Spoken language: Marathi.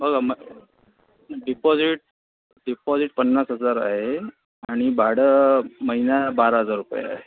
हो ना मग डीपॉझीट डीपॉझीट पन्नास हजार आहे आणि भाडं महिना बारा हजार रुपये आहे